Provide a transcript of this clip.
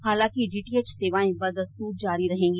हालांकि डीटीएच सेवायें बदस्तूर जारी रहेंगी